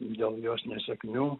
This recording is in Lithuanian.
dėl jos nesėkmių